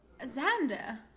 Xander